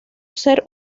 ser